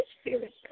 Spirit